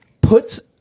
puts